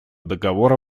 договора